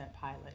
pilot